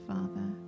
Father